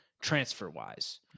Transfer-wise